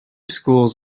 schools